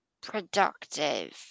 productive